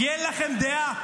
כי אין לכם דעה,